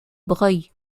breuil